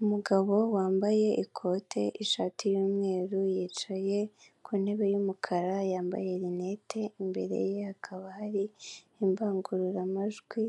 Umugabo wambaye ikote ishati y'umweru yicaye ku ntebe y'umukara yambaye rinete, imbere ye hakaba hari indangururamajwi